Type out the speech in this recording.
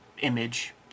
image